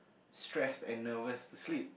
stressed and nervous to sleep